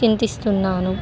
చింతిస్తున్నాను